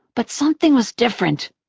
but something was different.